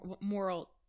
moral